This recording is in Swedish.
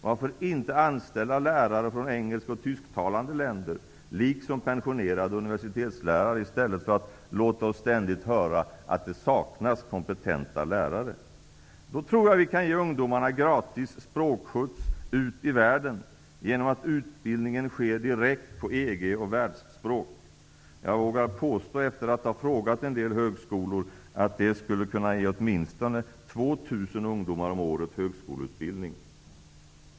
Varför inte anställa lärare från engelsktalande och tysktalande länder liksom pensionerade universitetslärare i stället för att ständigt låta oss höra att det saknas kompetenta lärare? Vi kan då ge ungdomarna gratis språkskjuts ut i världen genom att utbildningen sker direkt på EG och världsspråk. Efter att ha frågat en del högskolor vågar jag påstå att vi på det här sättet skulle kunna ge åtminstone 2 000 ungdomar om året högskoleutbildning.